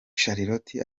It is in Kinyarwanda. charlotte